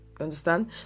understand